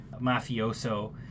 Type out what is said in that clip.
mafioso